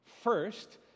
First